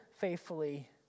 faithfully